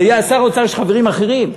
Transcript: לשר האוצר יש חברים אחרים,